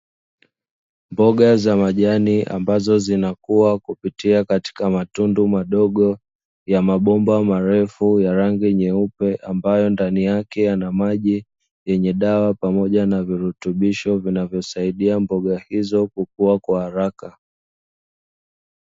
Mboga za majani ambazo zinakua kupitia katika matundu madogo ya mabomba marefu ya rangi nyeupe, ambayo ndani yake yanamaji yenye dawa pamoja na virutubisho, zinazo saidia mboga hizo kukua kwa haraka.